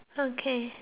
okay